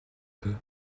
peu